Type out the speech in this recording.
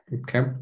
Okay